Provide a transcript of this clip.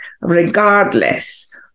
regardless